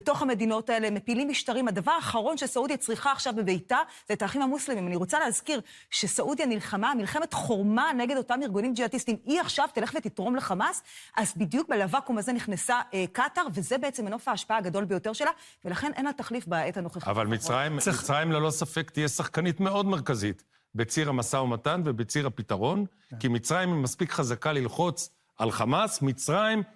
בתוך המדינות האלה מטילים משטרים. הדבר האחרון שסעודיה צריכה עכשיו בביתה זה את האחים המוסלמים. אני רוצה להזכיר שסעודיה נלחמה, מלחמת חורמה נגד אותם ארגונים ג׳יהדיסטים. היא עכשיו תלך ותתרום לחמאס, אז בדיוק ב/לוואקום הזה נכנסה קטר, וזה בעצם מנוף ההשפעה הגדול ביותר שלה, ולכן אין לה תחליף בעת הנוכחית. אבל מצרים ללא ספק תהיה שחקנית מאוד מרכזית בציר המשא ומתן ובציר הפתרון, כי מצרים היא מספיק חזקה ללחוץ על חמאס, מצרים...